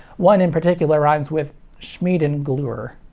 one in particular rhymes with schmeeden glur.